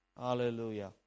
Hallelujah